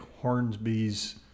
Hornsby's